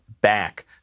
back